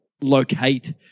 locate